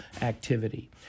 activity